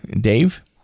Dave